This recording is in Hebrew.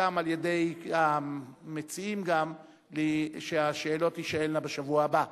והוסכם עם המציעים שהשאלות תישאלנה בשבוע הבא.